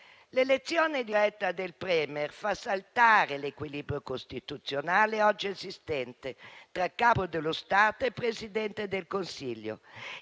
L'elezione diretta del *Premier* fa saltare l'equilibrio costituzionale oggi esistente tra il Capo dello Stato e il Presidente del Consiglio.